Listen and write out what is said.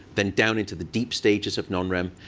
then down into the deep stages of non-rem,